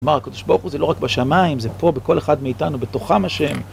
כלומר הקדוש ברוך הוא זה לא רק בשמיים, זה פה בכל אחד מאיתנו בתוכם השם.